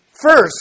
first